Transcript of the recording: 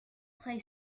play